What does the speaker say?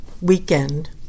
weekend